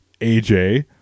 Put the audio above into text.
AJ